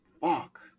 Fuck